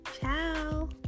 Ciao